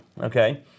Okay